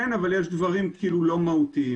כן, אבל יש דברים לא מהותיים.